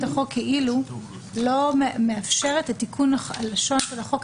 החוק כאילו לא מאפשרת את תיקון הלשון של החוק,